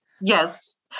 Yes